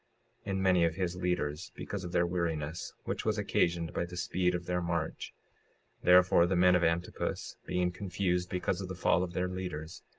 and many of his leaders, because of their weariness, which was occasioned by the speed of their march therefore the men of antipus, being confused because of the fall of their leaders,